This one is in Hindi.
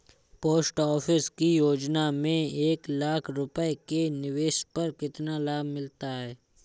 पोस्ट ऑफिस की योजना में एक लाख रूपए के निवेश पर कितना लाभ मिलता है?